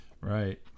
right